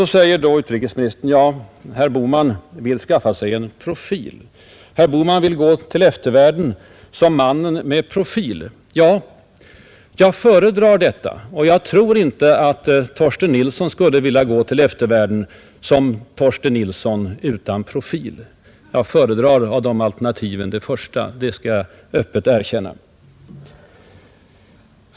Så säger utrikesministern: Herr Bohman vill skaffa sig en profil; herr Bohman vill gå till eftervärlden som ”mannen med profil”. Ja, jag föredrar det. Och jag tror inte att Torsten Nilsson skulle vilja gå till eftervärlden som ”Torsten Nilsson utan profil”. Av de alternativen föredrar jag det första, det skall jag öppet erkänna.